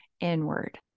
inward